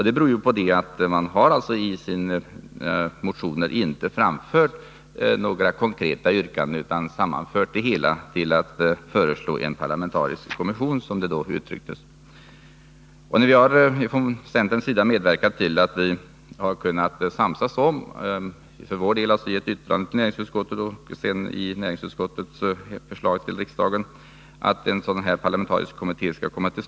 Det beror på att socialdemokraterna i sina motioner inte har framfört några konkreta yrkanden utan i stället har föreslagit en, som det uttrycks, parlamentarisk kommission. Vi har från centerns sida medverkat till att CU i sitt yttrande till näringsutskottet tillstyrkt en sådan parlamentarisk kommission. Näringsutskottet föreslår att riksdagen uttalar att en parlamentarisk kommitté skall tillsättas.